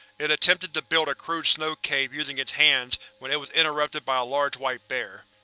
it attempted to build a crude snow cave using its hands when it was interrupted by a large white bear.